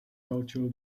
cultural